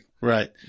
right